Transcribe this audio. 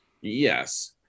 yes